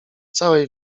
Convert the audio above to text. całej